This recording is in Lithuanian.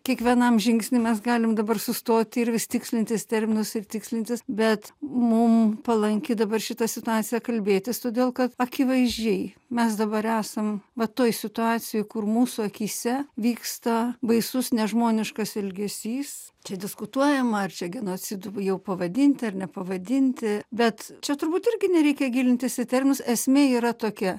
kiekvienam žingsny mes galim dabar sustoti ir vis tikslintis terminus ir tikslintis bet mum palanki dabar šita situacija kalbėtis todėl kad akivaizdžiai mes dabar esam va toj situacijoj kur mūsų akyse vyksta baisus nežmoniškas elgesys čia diskutuojama ar čia genocidu jau pavadinti ar nepavadinti bet čia turbūt irgi nereikia gilintis į terminus esmė yra tokia